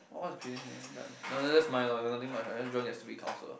all is done no lah that's mine lah there is nothing much lah just join the stupid council